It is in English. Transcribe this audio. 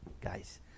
guys